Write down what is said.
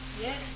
Yes